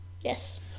yes